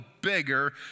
bigger